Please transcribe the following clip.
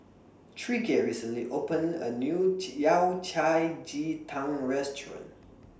Tyreke recently opened A New Ji Yao Cai Ji Tang Restaurant